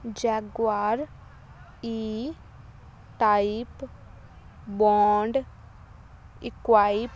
Jaguar E type Bond equip